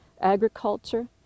agriculture